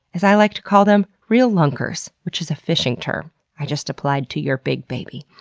as i like to call them real lunkers, which is a fishing term i just applied to your big baby.